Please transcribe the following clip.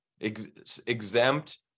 exempt